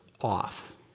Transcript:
off